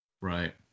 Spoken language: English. Right